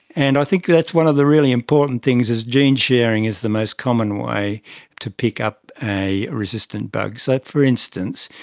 and i think that's one of the really important things, is gene sharing is the most common way to pick up a resistant bug. so, for instance,